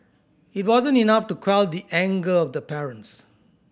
it wasn't enough to quell the anger of the parents